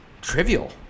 trivial